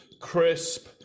crisp